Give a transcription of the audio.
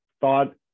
thought